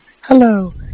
Hello